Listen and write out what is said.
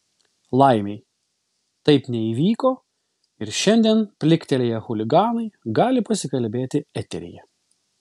laimei taip neįvyko ir šiandien pliktelėję chuliganai gali pasikalbėti eteryje